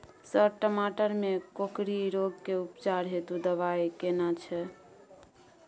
Sir टमाटर में कोकरि रोग के उपचार हेतु दवाई केना छैय?